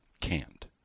canned